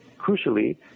crucially